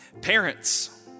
Parents